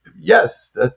Yes